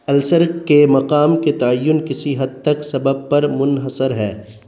السر کے مقام کے تعین کسی حد تک سبب پر منحصر ہے